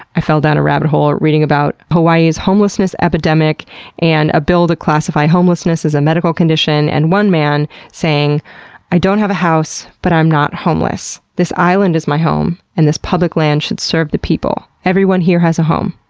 i fell down a rabbit hole reading about hawaii's homelessness epidemic and a bill to classify homelessness as a medical condition, and one man saying i don't have a house, but i'm not homeless. this island is my home, and this public land should serve the people. everyone here has a home.